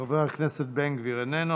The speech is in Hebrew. חבר הכנסת בן גביר, איננו.